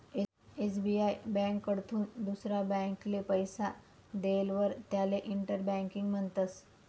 SBI ब्यांककडथून दुसरा ब्यांकले पैसा देयेलवर त्याले इंटर बँकिंग म्हणतस